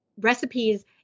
recipes